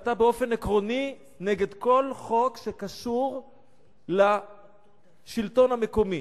אתה באופן עקרוני נגד כל חוק שקשור לשלטון המקומי.